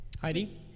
Heidi